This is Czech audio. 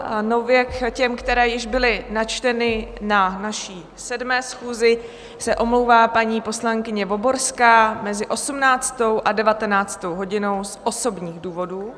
Nově k těm, které již byly načteny na naší 7. schůzi, se omlouvá paní poslankyně Voborská mezi 18. a 19. hodinou z osobních důvodů.